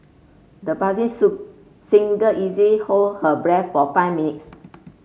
the budding sue singer easy hold her breath for five minutes